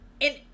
And-